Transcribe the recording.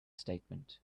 statement